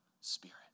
spirit